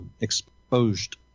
exposed